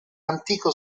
antico